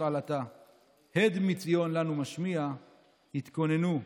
עלטה/ הד מציון לנו משמיע / התכוננו,